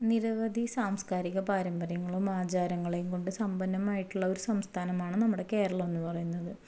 നിരവധി സാംസ്കാരിക പാരമ്പര്യങ്ങളും ആചാരങ്ങളേയും കൊണ്ട് സമ്പന്നമായിട്ടുള്ള ഒരു സംസ്ഥാനമാണ് നമ്മുടെ കേരളം എന്ന് പറയുന്നത്